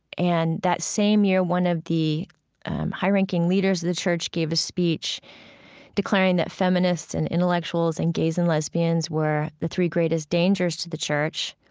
and that same year, one of the high-ranking leaders of the church gave a speech declaring that feminists and intellectuals and gays and lesbians were the three greatest dangers to the church.